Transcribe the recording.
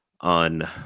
on